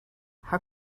how